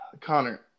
Connor